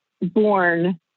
born